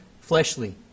fleshly